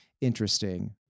interesting